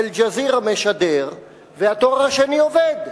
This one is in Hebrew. "אל-ג'זירה" משדר והתואר השני עובד.